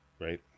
Right